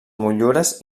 motllures